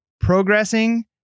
progressing